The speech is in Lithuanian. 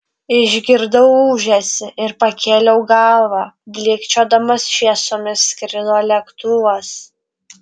išgirdau ūžesį ir pakėliau galvą blykčiodamas šviesomis skrido lėktuvas